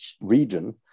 region